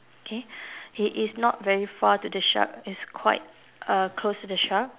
okay he is not very far to the shark he's quite uh close to the shark